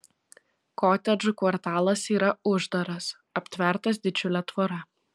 kotedžų kvartalas yra uždaras aptvertas didžiule tvora